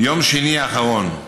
ביום שני האחרון,